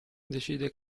decide